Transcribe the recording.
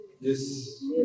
Yes